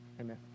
amen